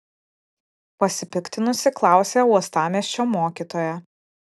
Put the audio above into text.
pasipiktinusi klausė uostamiesčio mokytoja